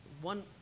One